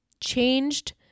changed